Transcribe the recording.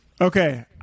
Okay